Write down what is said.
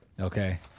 okay